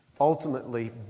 Ultimately